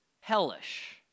hellish